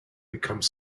become